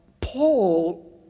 paul